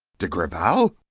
de grival.